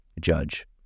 judge